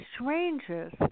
strangers